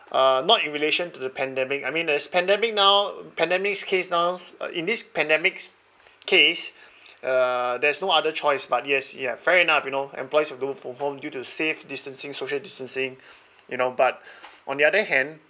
uh not in relation to the pandemic I mean there's pandemic now pandamic's case now in this pandemic's case uh there's no other choice but yes ya fair enough you know employees will do from home due to safe distancing social distancing you know but on the other hand